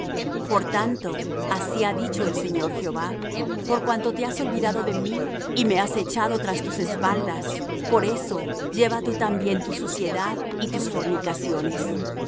por tanto así ha dicho el señor jehová por cuanto te has olvidado de mí y me has echado tras tus espaldas por eso lleva tú también tu suciedad y tus fornicaciones y